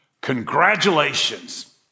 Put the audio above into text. Congratulations